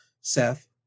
Seth